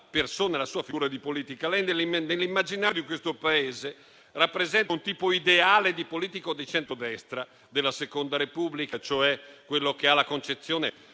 persona e la sua figura di politico. Nell'immaginario del Paese lei rappresenta un tipo ideale di politico di centrodestra della seconda Repubblica, cioè quello che ha la concezione